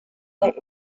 they